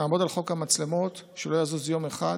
נעמוד על חוק המצלמות שלא יזוז יום אחד,